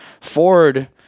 Ford